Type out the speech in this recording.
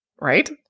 Right